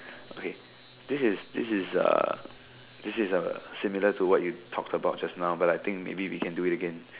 okay this is this is a this is a similar to what you've talked about just now but I think maybe we could do it again